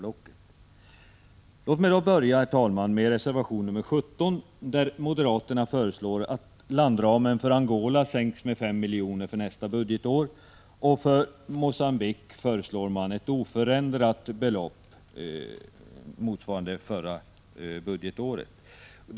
Låt mig börja med reservation 17 där moderaterna föreslår att landramen för Angola sänks med 5 milj.kr. för nästa budgetår och att ramen för Mogambique förblir oförändrad, dvs. 270 milj.kr.